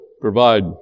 provide